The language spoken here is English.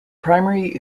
primary